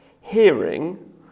Hearing